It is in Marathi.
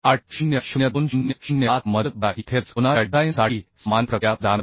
800 2007 मधील 12 येथे लज कोना च्या डिझाइन साठी सामान्य प्रक्रिया प्रदान करते